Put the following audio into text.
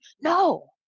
no